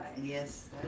Yes